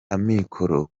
amikoro